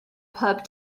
pub